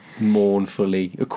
Mournfully